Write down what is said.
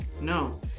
No